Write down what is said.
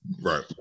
right